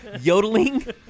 yodeling